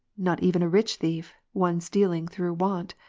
not even a rich thief, one stealing through want.